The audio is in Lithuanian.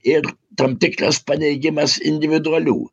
ir tam tikras paneigimas individualių